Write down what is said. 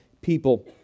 people